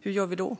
hur gör vi då?